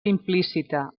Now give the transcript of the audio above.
implícita